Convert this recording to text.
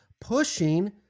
pushing